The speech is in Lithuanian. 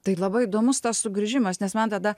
tai labai įdomus tas sugrįžimas nes man tada